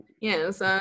Yes